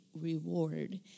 reward